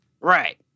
Right